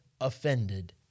offended